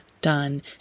done